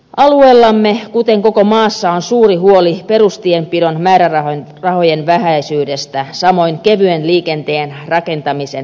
alueellamme kuten koko maassa on suuri huoli perustienpidon määrärahojen vähäisyydestä samoin kevyen liikenteen rakentamisen määrärahoista